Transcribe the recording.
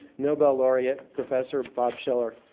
nobel laureate, professor bob shiller.